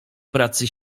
pracy